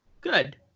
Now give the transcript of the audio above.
Good